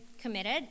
committed